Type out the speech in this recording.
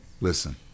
listen